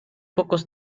pocos